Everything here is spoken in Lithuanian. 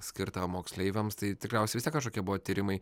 skirtą moksleiviams tai tikriausiai vis tiek kažkokie buvo tyrimai